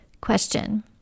Question